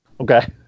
Okay